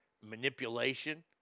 manipulation